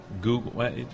Google